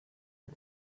ein